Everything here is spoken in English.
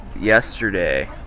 yesterday